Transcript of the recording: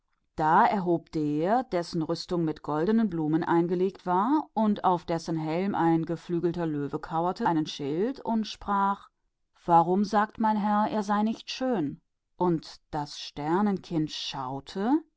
hielt der dessen rüstung mit goldenen blumen eingelegt war und auf dessen helm ein geflügelter löwe lag einen schild hoch und rief warum sagt mein herr er sei nicht schön und das sternenkind